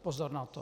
Pozor na to!